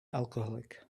alcoholic